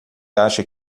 acha